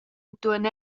entuorn